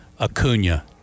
Acuna